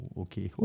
okay